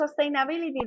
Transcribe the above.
sustainability